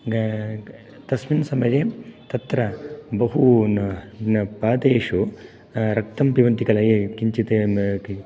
तस्मिन् समये तत्र बहून् पादेषु रक्तं पिबन्ति ये किञ्चित् ते